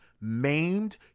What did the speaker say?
maimed